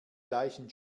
gleichen